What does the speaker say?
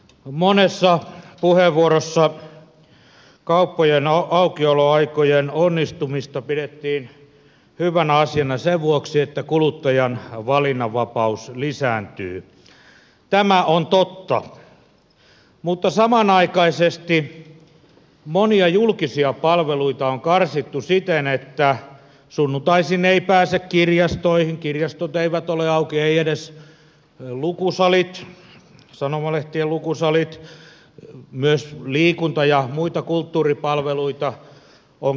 monessa puheenvuorossa kauppojen aukioloaikojen onnistumista pidettiin hyvänä asiana sen vuoksi että kuluttajan valinnanvapaus lisääntyy tämä on totta mutta samanaikaisesti monia julkisia palveluita on karsittu siten että sunnuntaisin ei pääse kirjastoihin kirjastot eivät ole auki eivät edes lukusalit sanomalehtien lukusalit ja myös liikunta ja muita kulttuuripalveluita on karsittu